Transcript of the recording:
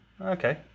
Okay